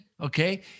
okay